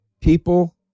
people